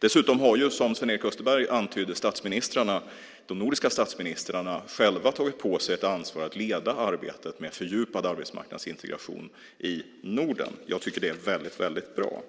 Dessutom har, som Sven-Erik Österberg antydde, de nordiska statsministrarna själva tagit på sig ett ansvar att leda arbetet med fördjupad arbetsmarknadsintegration i Norden. Jag tycker att det är väldigt bra.